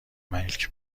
ملک